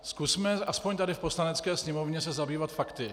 Zkusme se aspoň tady v Poslanecké sněmovně zabývat fakty.